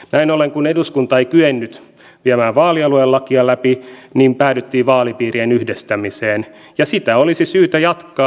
näin ollen kun eduskunta ei kyennyt viemään vaalialuelakia läpi päädyttiin vaalipiirien yhdistämiseen ja sitä olisi syytä jatkaa